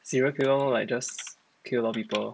serial killer lor like just kill a lot of people